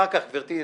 אחר כך, גברתי.